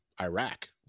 Iraq